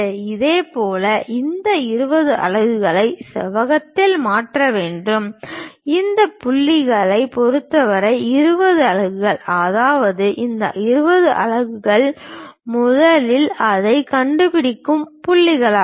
இதேபோல் இந்த 20 அலகுகளை செவ்வகத்தில் மாற்ற வேண்டும் இந்த புள்ளியைப் பொறுத்தவரை 20 அலகுகள் அதாவது இந்த 20 அலகுகள் முதலில் அதைக் கண்டுபிடிக்கும் புள்ளியாகும்